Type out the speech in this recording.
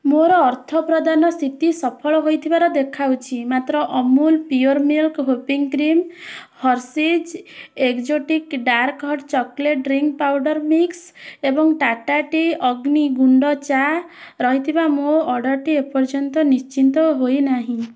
ମୋର ଅର୍ଥ ପ୍ରଦାନ ସ୍ଥିତି ସଫଳ ହୋଇ ଥିବାର ଦେଖାଉଛି ମାତ୍ର Amul pure milk whipping cream Hershey's exotic dark hot chocolate drink powder mix ଏବଂ ଟାଟା ଟି ଅଗ୍ନି ଗୁଣ୍ଡ ଚା ରହିଥିବା ମୋ ଅର୍ଡ଼ର୍ଟି ଏପର୍ଯ୍ୟନ୍ତ ନିଶ୍ଚିତ ହୋଇ ନାହିଁ